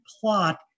plot